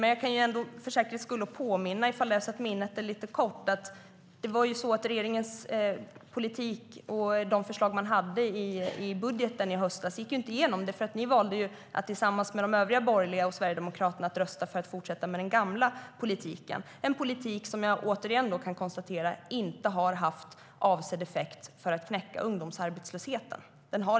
Men om det är så att minnet är lite kort jag kan för säkerhets skull påminna om att regeringens politik och de förslag man hade i budgeten i höstas inte gick igenom, då Moderaterna tillsammans med de övriga borgerliga partierna och Sverigedemokraterna valde att rösta för att fortsätta med den gamla politiken - som jag återigen kan konstatera inte har haft avsedd effekt vad gäller att knäcka ungdomsarbetslösheten.